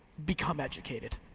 become educated.